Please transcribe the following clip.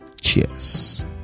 Cheers